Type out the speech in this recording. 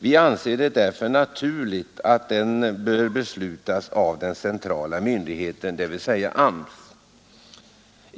Vi anser det därför naturligt att den beslutas av den centrala myndigheten, dvs. AMS.